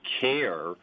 care